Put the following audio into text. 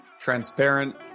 transparent